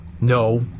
No